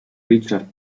richard